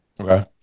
Okay